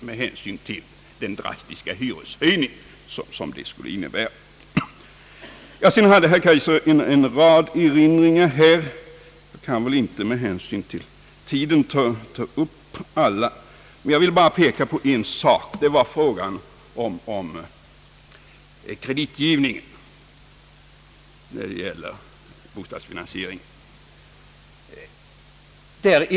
Med hänsyn till tiden kan jag inte ta upp alla, men jag vill bara erinra om en sak, och det är frågan om kreditgivningen när det gäller bostadsfinansieringen.